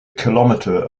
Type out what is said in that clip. kilometre